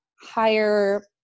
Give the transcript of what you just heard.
higher